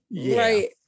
Right